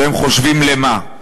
שהם חושבים לְמה.